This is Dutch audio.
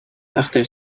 achter